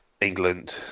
England